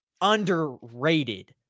underrated